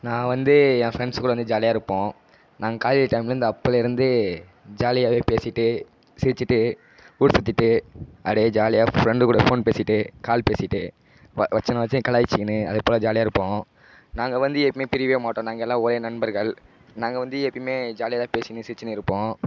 நான் வந்து என் ஃப்ரெண்ட்ஸ் கூட வந்து ஜாலியாக இருப்போம் நாங்கள் காலேஜ் டைம்லேருந்து அப்போலே இருந்தே ஜாலியாகவே பேசிகிட்டே சிரிச்சிகிட்டே ஊர் சுற்றிட்டு அப்டேயே ஜாலியாக ஃப்ரெண்டு கூட ஃபோன் பேசிகிட்டே கால் பேசிகிட்டே ஒருத்தன் கலாய்ச்சிக்கின்னு அது போல் ஜாலியாக இருப்போம் நாங்கள் வந்து எப்பயுமே பிரியவே மாட்டோம் நாங்கள் எல்லாம் ஒரே நண்பர்கள் நாங்கள் வந்து எப்பயுமே ஜாலியாக தான் பேசிகினு சிரிச்சிகினு இருப்போம்